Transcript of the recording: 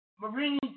Marine